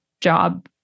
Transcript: job